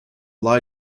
lie